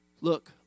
Look